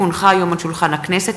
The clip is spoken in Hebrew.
כי הונחה היום על שולחן הכנסת,